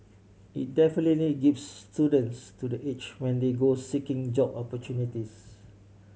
it definitely gives students to the edge when they go seeking job opportunities